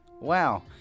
Wow